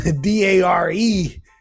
D-A-R-E